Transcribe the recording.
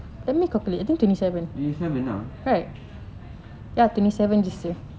twenty seven ah